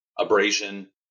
abrasion